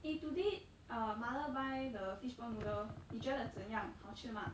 eh today uh mother buy the fishball noodle 你觉得怎样好吃吗